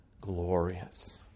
glorious